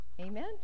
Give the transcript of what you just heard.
amen